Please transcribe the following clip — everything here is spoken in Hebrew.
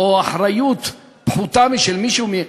או אחריות פחותה משל מישהו?